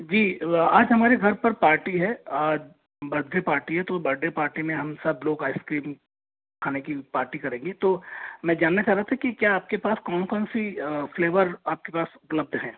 जी आज हमारे घर पर पार्टी है बर्थडे पार्टी है तो बर्थडे पार्टी में हम सब लोग आइसक्रीम खाने की पार्टी करेंगे तो मैं जानना चाह रहा था कि क्या आपके पास कौन कौन सी फ्लेवर आपके पास उपलब्ध हैं